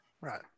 right